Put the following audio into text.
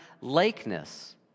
likeness